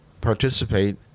participate